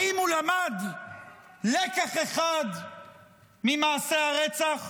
האם הוא למד לקח אחד ממעשה הרצח?